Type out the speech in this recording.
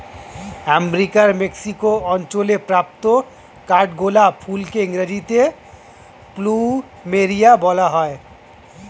আমেরিকার মেক্সিকো অঞ্চলে প্রাপ্ত কাঠগোলাপ ফুলকে ইংরেজিতে প্লুমেরিয়া বলা হয়